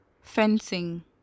fencing